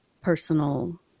personal